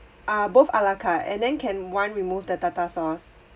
ah both a la carte and then can one remove the tartar sauce